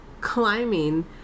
climbing